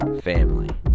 family